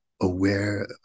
aware